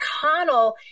McConnell